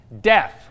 Death